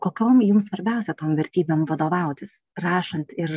kokiom jum svarbiausia tom vertybėm vadovautis rašant ir